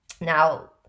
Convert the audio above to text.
Now